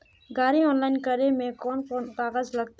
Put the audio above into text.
गाड़ी ऑनलाइन करे में कौन कौन कागज लगते?